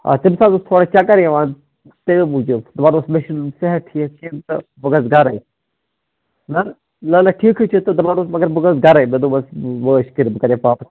آ تٔمِس حظ اوس تھوڑا چَکر یِوان تَمے موٗجوٗب دَپان اوس مےٚ چھُنہٕ صحت ٹھیٖک کِہیٖنٛۍ تہٕ بہٕ گژھٕ گَرَے نہَ نہَ نہَ ٹھیٖکھٕے چھِ تہٕ دَپان اوس مگر بہٕ گژھٕ گَرَے مےٚ دوٚپمَس ٲش کٔرِتھ بہٕ کَرَے پاپَس